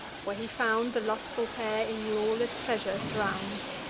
where he found the lustful pair in lawless pleasure drown'd,